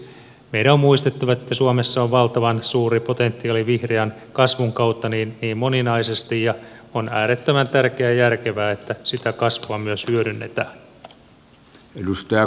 meidän on muistettava että suomessa on valtavan suuri potentiaali vihreän kasvun kautta niin moninaisesti ja on äärettömän tärkeää ja järkevää että sitä kasvua myös hyödynnetään